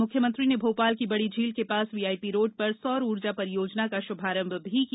मुख्यमंत्री ने भोपाल की बड़ी झील के पास वीआईपी रोड पर सौर ऊर्जा परियोजना का शुभारंभ किया